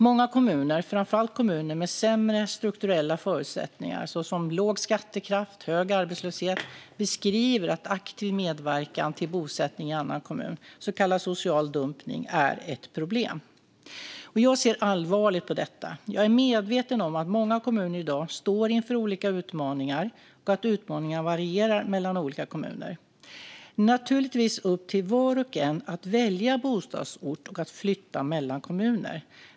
Många kommuner, framför allt kommuner med sämre strukturella förutsättningar såsom låg skattekraft och hög arbetslöshet beskriver att aktiv medverkan till bosättning i annan kommun, så kallad social dumpning, är ett problem. Jag ser allvarligt på detta. Jag är medveten om att många kommuner i dag står inför olika utmaningar och att utmaningarna varierar mellan olika kommuner. Det är naturligtvis upp till var och en att välja bostadsort och att flytta mellan kommuner.